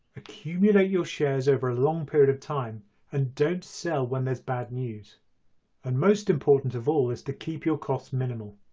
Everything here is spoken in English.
accumulate your shares over a long period of time and don't sell when there's bad news and most important of all is to keep your costs minimal.